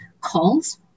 calls